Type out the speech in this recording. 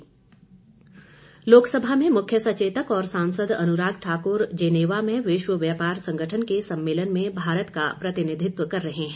अनुराग ठाकुर लोकसभा में मुख्य सचेतक और सांसद अनुराग ठाकुर जेनेवा में विश्व व्यापार संगठन के सम्मेलन में भारत का प्रतिनिधित्व कर रहे हैं